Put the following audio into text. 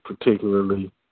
particularly